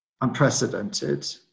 unprecedented